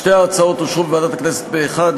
שתי ההצעות אושרו בוועדת הכנסת פה-אחד,